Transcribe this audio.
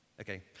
Okay